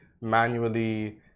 manually